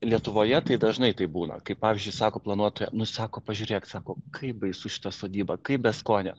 lietuvoje tai dažnai taip būna kaip pavyzdžiui sako planuotoja nu sako pažiūrėk sako kaip baisu šita sodyba kaip beskonė